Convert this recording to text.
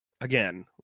again